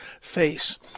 face